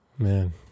man